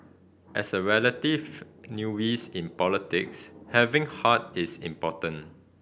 as a relative newbie in politics having heart is important